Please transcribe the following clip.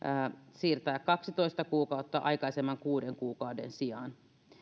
siirtää kaksitoista kuukautta aikaisemman kuuden kuukauden sijaan